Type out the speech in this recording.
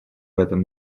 этом